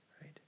right